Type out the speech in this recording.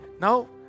now